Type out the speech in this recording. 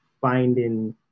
finding